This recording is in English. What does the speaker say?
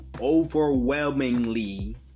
overwhelmingly